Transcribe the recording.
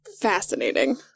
fascinating